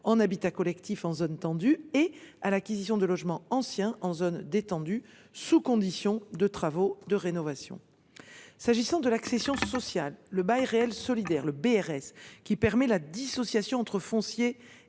en habitat collectif en zone tendue et à l’acquisition de logements anciens en zone détendue, sous condition de travaux de rénovation. S’agissant de l’accession sociale à la propriété, le bail réel solidaire (BRS), qui permet de dissocier le foncier